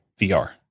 vr